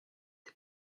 des